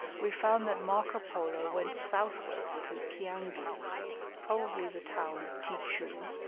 we find that marco polo went southwards to ciangli, probably the town of ti-choo,